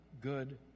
good